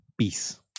peace